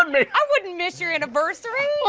and me! i wouldn't miss your anniversary!